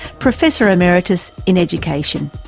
professor emeritus in education.